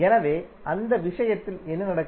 எனவே அந்த விஷயத்தில் என்ன நடக்கும்